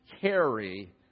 carry